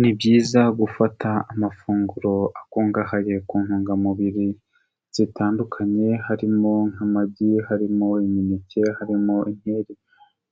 Ni byiza gufata amafunguro akungahaye ku ntungamubiri zitandukanye, harimo nk'amagi, harimo imineke, harimo inkeri